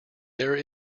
there